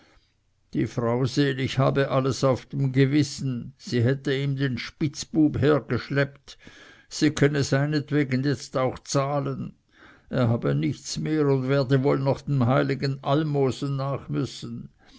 die frau selig habe alles auf dem gewissen sie hätte ihm den spitzbub hergeschleppt sie könne seinetwegen jetzt auch zahlen er habe nichts mehr und werde wohl noch dem heiligen almosen nach müssen